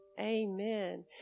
amen